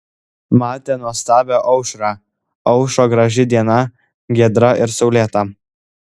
matė nuostabią aušrą aušo graži diena giedra ir saulėta